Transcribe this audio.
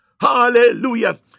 Hallelujah